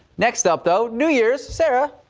next up though new year's sarah.